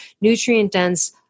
nutrient-dense